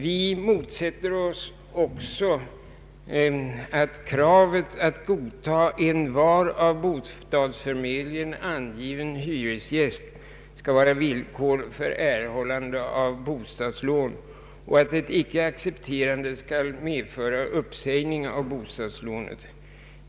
Vi motsätter oss vidare kravet att godtagande av envar av bostadsförmedlingen angiven hyresgäst skall vara villkor för erhållande av bostadslån och att icke-accepterande skall medföra uppsägning av bostadslånet.